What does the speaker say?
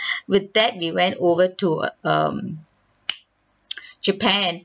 with that we went over to uh um japan